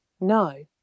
No